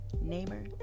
neighbor